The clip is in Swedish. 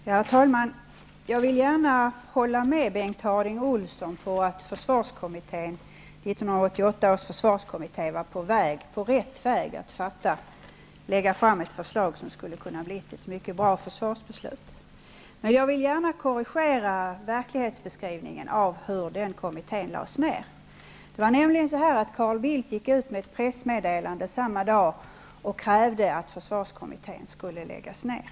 Herr talman! Jag vill gärna hålla med Bengt Harding Olson om att 1988 års försvarskommitté var på rätt väg när det gäller att lägga fram ett förslag som skulle ha kunnat utgöra underlag för ett bra försvarsbeslut. Men jag vill gärna korrigera verklighetsbeskrivningen av hur kommittén lades ned. Carl Bildt gick ut med ett pressmeddelande och krävde att försvarskommittén skulle läggas ned.